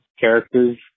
characters